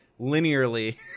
linearly